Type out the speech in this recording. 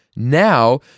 Now